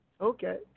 Okay